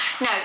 No